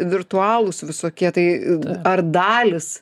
virtualūs visokie tai ar dalys